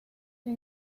sin